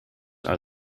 are